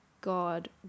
God